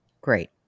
Great